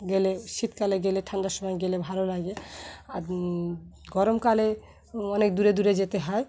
গেলে শীতকালে গেলে ঠান্ডার সময় গেলে ভালো লাগে আর গরমকালে অনেক দূরে দূরে যেতে হয়